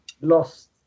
lost